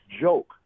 joke